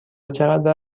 چقدر